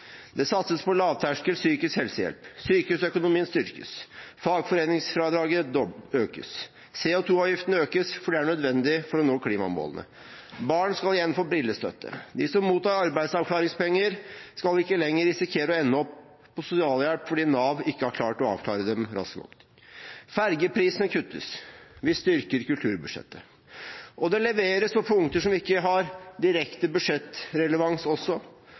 Det satses på lavterskel psykisk helsehjelp. Sykehusøkonomien styrkes. Fagforeningsfradraget økes. CO 2 -avgiften økes, for det er nødvendig for å nå klimamålene. Barn skal igjen få brillestøtte. De som mottar arbeidsavklaringspenger, skal ikke lenger risikere å ende opp på sosialhjelp fordi Nav ikke har klart å avklare dem raskt nok. Fergeprisene kuttes. Vi styrker kulturbudsjettet. Det leveres også på punkter som ikke har direkte budsjettrelevans: